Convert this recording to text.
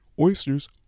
Oysters